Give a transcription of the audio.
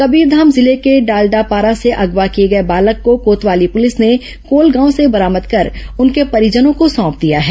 कबीरधाम जिले में डालडापारा से अगवा किए गए बालक को कोतवाली पुलिस ने कोलगांव से बरामद कर उनके परिजनों को सौंप दिया है